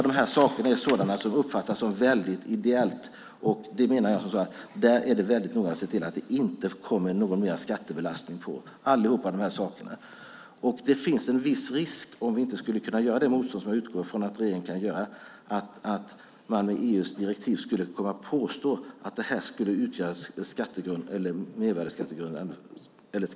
Allt detta uppfattas som ideellt, och där menar jag att det är noga att se till att det inte kommer någon mer skattebelastning. Det finns en viss risk, om vi inte skulle kunna göra det motstånd som jag utgår från att regeringen kan göra, att man med EU:s direktiv skulle kunna påstå att det här utgör transaktioner som är skattesubjekt.